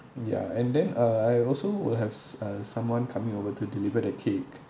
ya and then uh I also will have a someone coming over to deliver the cake